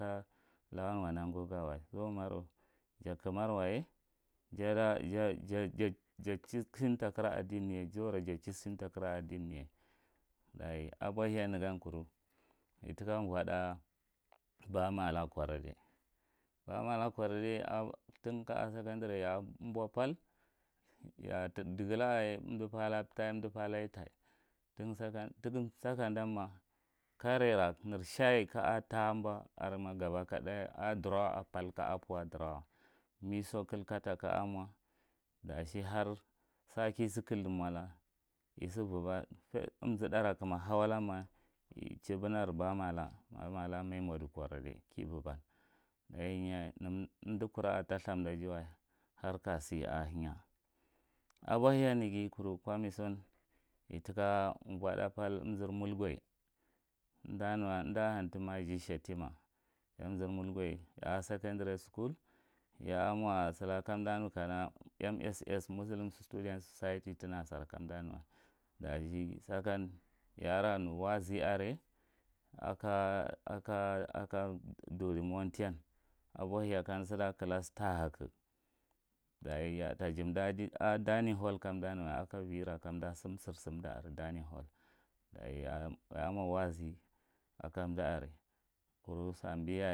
Th’a hawan wanangu gawa, zumaru ja kumarwaye jara ja ja ja hiskin adinye jowa hiskin adinye. Abohaiya negan itika voth’a bamala korede ba mala korede tin ka’ako secondary yaako umbo umbo pal, digalla aye umdi pathuw aptáh umdi pathu dyetá kaa ta amba ako drow a kare a shan clkata meso clkata ka amo dachi isidi mola isi vaban umzidara kurhawallam ma chupahar ba mola ba mala mai modu korede kivaban thiya umdikwa tathum daji wah har kasi ahiya. Aboliya neghi itika vatá laka umzir mulgai umda hanti maji shettima umzir mulgai ako secondary school ya a mo silaka kamda nukama niss mushim student association tinasara anda bnuwa daji sakan ya aranu waazi are anka diri mowantiyan abohiya kamdi sida a class dahagu daye yata jimdija ako damihole a kovira kam umda sumsirsun are danehole daji ya mowaazir aka umdare sambiyaye.